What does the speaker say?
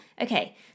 okay